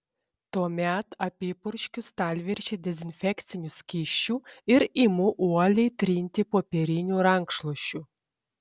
tuomet apipurškiu stalviršį dezinfekciniu skysčiu ir imu uoliai trinti popieriniu rankšluosčiu